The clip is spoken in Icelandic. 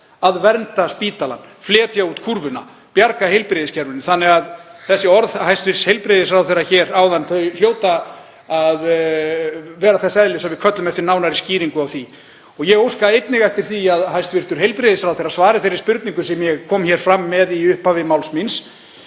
að vernda spítalann, fletja út kúrfuna, bjarga heilbrigðiskerfinu. Þannig að orð hæstv. heilbrigðisráðherra hér áðan hljóta að vera þess eðlis að við köllum eftir nánari skýringu á þeim. Ég óska einnig eftir því að hæstv. heilbrigðisráðherra svari þeirri spurningu sem ég kom fram með í upphafi máls míns.